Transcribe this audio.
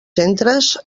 centres